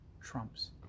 trumps